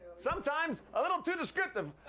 sometimes a little too descriptive.